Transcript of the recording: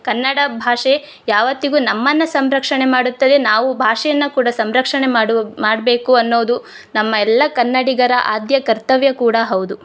ಕನ್ನಡ ಭಾಷೆ ಯಾವತ್ತಿಗೂ ನಮ್ಮನ್ನು ಸಂರಕ್ಷಣೆ ಮಾಡುತ್ತದೆ ನಾವು ಭಾಷೆಯನ್ನ ಕೂಡ ಸಂರಕ್ಷಣೆ ಮಾಡುವ ಮಾಡ್ಬೇಕು ಅನ್ನೋದು ನಮ್ಮ ಎಲ್ಲ ಕನ್ನಡಿಗರ ಆದ್ಯ ಕರ್ತವ್ಯ ಕೂಡ ಹೌದು